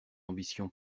ambition